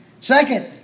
Second